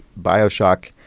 Bioshock